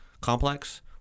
complex